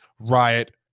riot